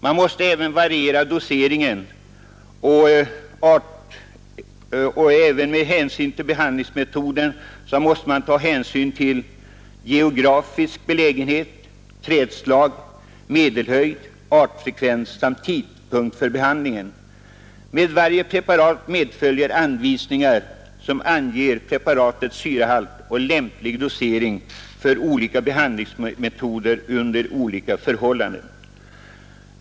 Man måste även variera doseringen med hänsyn till behandlingsmetod, geografisk belägenhet, trädslag, medelhöjd och artfrekvens samt tidpunkt för behandlingen. Med varje preparat följer anvisningar som anger preparatets syrahalt och lämplig dosering för olika behandlingsmetoder under olika förhållanden.